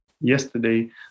yesterday